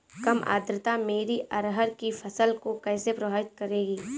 कम आर्द्रता मेरी अरहर की फसल को कैसे प्रभावित करेगी?